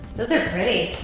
those are pretty.